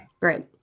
great